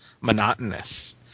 monotonous